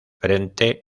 frente